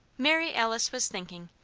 mary alice was thinking,